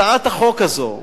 הצעת החוק הזאת,